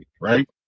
right